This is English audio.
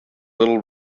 little